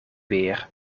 weer